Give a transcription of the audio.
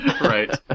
Right